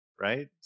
right